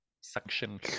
Suction